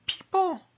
people